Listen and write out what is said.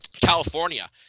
California